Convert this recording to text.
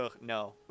no